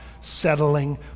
settling